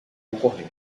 ocorrer